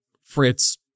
Fritz